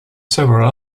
several